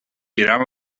diran